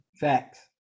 Facts